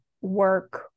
work